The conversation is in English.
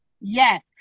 Yes